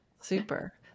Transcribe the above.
Super